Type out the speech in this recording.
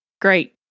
great